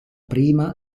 prima